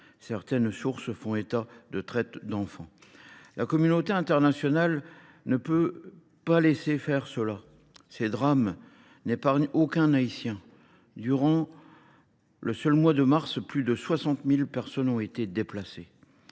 Certaines sources font même état de traite d’enfants. La communauté internationale ne peut laisser faire cela. Ces drames n’épargnent aucun Haïtien. Durant le seul mois de mars, plus de 60 000 personnes ont été déplacées.